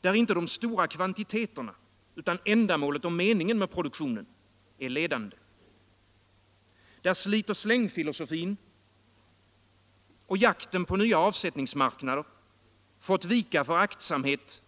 Där inte de stora kvantiteterna, utan ändamålet och meningen med produktionen är ledande. Där slitoch slängfilosofin och jakten på nya avsättningsmarknader fått vika för aktsamhet